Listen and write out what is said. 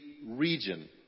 region